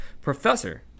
Professor